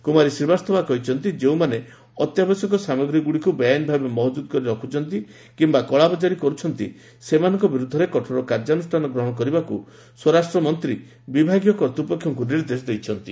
କୁମାରୀ ଶ୍ରୀବାସ୍ତବା କହିଛନ୍ତି ଯେଉଁମାନେ ଅତ୍ୟାବଶ୍ୟକ ସାମଗ୍ରୀଗୁଡ଼ିକୁ ବେଆଇନ ଭାବେ ମହଜୁଦ କରି ରଖୁଛନ୍ତି କିମ୍ବା କଳାବଜାରୀ କରୁଛନ୍ତି ସେମାନଙ୍କ ବିରୁଦ୍ଧରେ କଠୋର କାର୍ଯ୍ୟାନୁଷ୍ଠାନ ଗ୍ରହଣ କରିବାକୁ ସ୍ୱରାଷ୍ଟ୍ରମନ୍ତୀ ବିଭାଗୀୟ କର୍ତ୍ତୃପକ୍ଷଙ୍କ ନିର୍ଦ୍ଦେଶ ଦେଇଛନ୍ତି